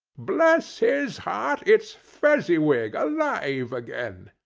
bless his heart it's fezziwig alive again!